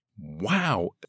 Wow